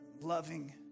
loving